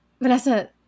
Vanessa